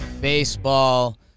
Baseball